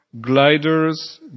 Gliders